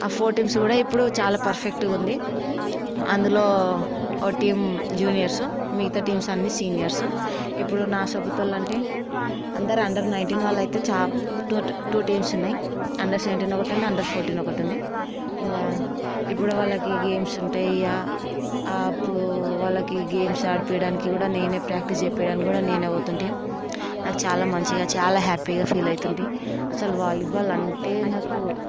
ఆ four teams కూడా ఇప్పుడు చాలా పర్ఫెక్ట్గా ఉంది అందులో ఒక టీం జూనియర్స్ మిగతా టీమ్స్ అన్ని సీనియర్స్ ఇప్పుడు నా సపోటార్లు అంటే అందరూ అండర్ నైన్టీన్ వాళ్ళు అయితే చా టు టూ టీమ్స్ ఉన్నాయి అండర్ సెవెంటీన్ ఒకటుంది అండర్ ఫోర్టీన్ ఒకటి ఉంది ఇంకా ఇప్పుడు వాళ్ళకి గేమ్స్ ఉంటాయి అప్పుడు వాళ్ళకి గేమ్స్ ఆడిపిడానికి కూడా నేనే ప్రాక్టీస్ చేయించడానికి కూడా నేనే పోతుంటి నాకు చాలా మంచిగా చాలా హ్యాపీగా ఫీల్ అవుతుంటి అసలు వాలీబాల్ అంటే నాకు